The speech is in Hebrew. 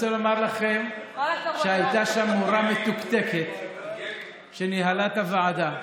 ואני רוצה לומר לכם שהייתה שם מורה מתוקתקת שניהלה את הוועדה.